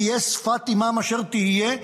תהיה שפת אימם אשר תהיה,